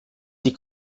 die